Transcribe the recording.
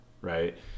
right